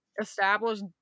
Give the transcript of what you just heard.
established